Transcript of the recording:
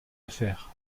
affaires